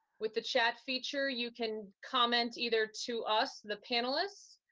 with the chat feature, you can comment either to us, the panelist,